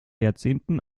jahrzehnten